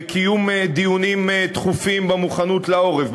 בקיום דיונים דחופים במוכנות העורף,